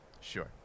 Sure